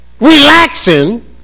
relaxing